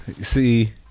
See